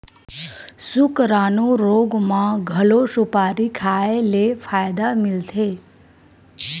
सुकरानू रोग म घलो सुपारी खाए ले फायदा मिलथे